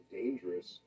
dangerous